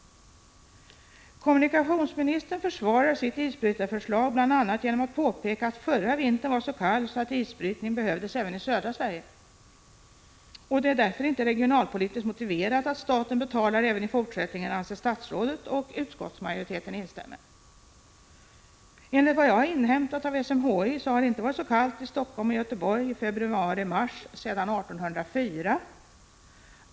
Kommunikationsministern försvarar sitt isbrytarförslag bl.a. genom att påpeka att förra vintern var så kall att isbrytning behövdes även i södra Sverige. Det är därför inte regionalpolitiskt motiverat att staten betalar även i fortsättningen, anser statsrådet, och utskottsmajoriteten instämmer. Enligt vad jag inhämtat av SMHI har det inte varit så kallt i Helsingfors och Göteborg i februari-mars sedan 1804.